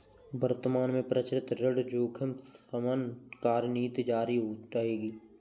वर्तमान में प्रचलित ऋण जोखिम शमन कार्यनीति जारी रहेगी